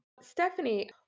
Stephanie